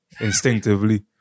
instinctively